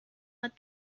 mud